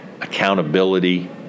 accountability